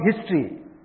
history